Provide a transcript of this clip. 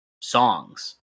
songs